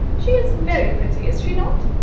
she is very pretty, is she not?